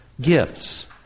gifts